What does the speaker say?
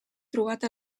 trobat